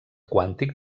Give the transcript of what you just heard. quàntic